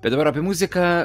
bet dabar apie muziką